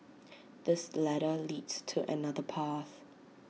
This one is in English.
this ladder leads to another path